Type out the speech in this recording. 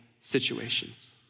situations